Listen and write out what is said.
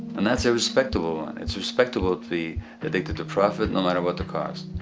and that's a respectable one. it's respectable to be addicted to profit, no matter what the cost.